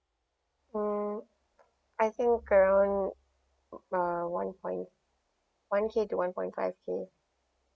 uh I think around uh one point one K to one point five K